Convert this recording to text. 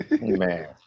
Man